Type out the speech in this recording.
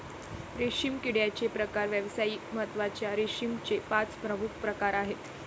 रेशीम किड्याचे प्रकार व्यावसायिक महत्त्वाच्या रेशीमचे पाच प्रमुख प्रकार आहेत